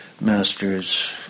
Masters